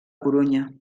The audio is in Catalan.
corunya